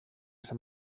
sant